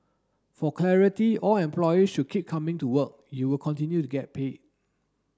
for clarity all employees should keep coming to work you will continue to get paid